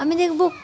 আমি দেখব